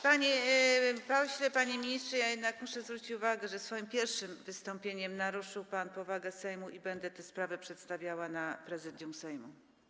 Panie pośle, panie ministrze, ja jednak muszę zwrócić uwagę na to, że swoim pierwszym wystąpieniem naruszył pan powagę Sejmu, i będę tę sprawę przedstawiała w Prezydium Sejmu.